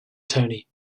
tony